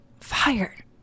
fire